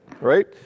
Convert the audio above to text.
right